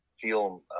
feel